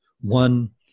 one